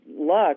luck